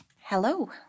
Hello